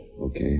Okay